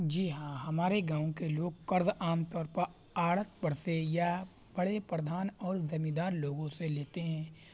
جی ہاں ہمارے گاؤں کے لوگ قرض عام طور پر آڑھت پر سے یا بڑے پردھان اور زمیں دار لوگوں سے لیتے ہیں